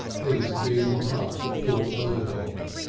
they used to be in the park at port burdock.